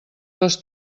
les